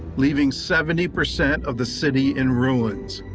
leaving seventy percent of the city in ruins.